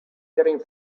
getting